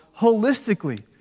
holistically